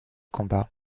combats